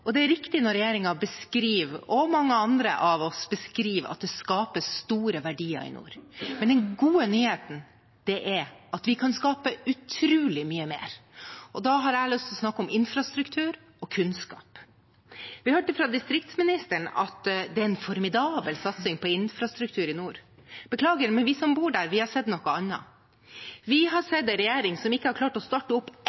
og det er riktig når regjeringen, og mange andre av oss, beskriver at det skapes store verdier i nord, men den gode nyheten er at vi kan skape utrolig mye mer. Da har jeg lyst til å snakke om infrastruktur og kunnskap. Vi hørte fra distriktsministeren at det en formidabel satsing på infrastruktur i nord. Beklager – men vi som bor her, har sett noe annet. Vi har